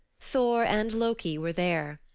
thor and loki were there.